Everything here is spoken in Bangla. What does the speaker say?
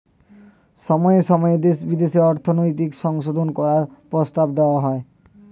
সময়ে সময়ে দেশে বিদেশে অর্থনৈতিক সংশোধন করার প্রস্তাব দেওয়া হয়